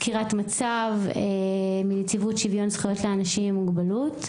סקירת מצב מנציבות שוויון זכויות לאנשים עם מוגבלות.)